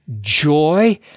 joy